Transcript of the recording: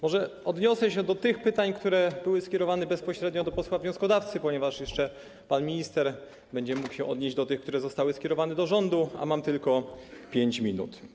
Może odniosę się do tych pytań, które były skierowane bezpośrednio do posła wnioskodawcy, ponieważ jeszcze pan minister będzie mógł się odnieść do tych, które zostały skierowane do rządu, a mam tylko 5 minut.